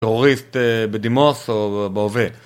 טרוריסט בדימוס או בהווה